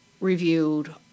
reviewed